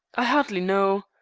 i hardly know.